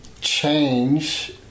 change